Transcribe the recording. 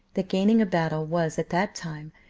that gaining a battle was, at that time,